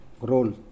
role